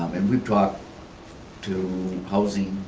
and we've talked to housing,